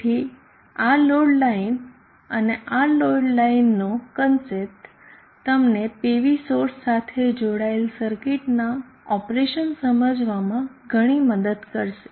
તેથી આ load line અને આ લોડ લાઇનનો કોન્સેપ્ટ તમને PV સોર્સ સાથે જોડેલ સરકિટનાં ઓપરેશન સમજવામાં ઘણી મદદ કરશે